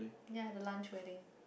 ya I have a lunch wedding